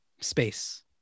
space